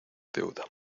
deuda